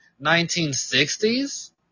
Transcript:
1960s